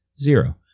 zero